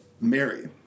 Mary